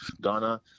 Ghana